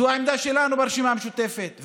זאת העמדה שלנו ברשימה המשותפת,